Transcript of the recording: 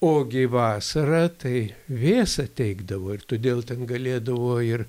ogi vasarą tai vėsą teikdavo ir todėl ten galėdavo ir